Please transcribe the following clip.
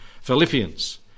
Philippians